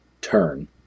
Turn